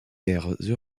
aire